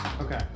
Okay